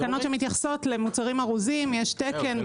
שמתייחסות למוצרים ארוזים, יש תקן.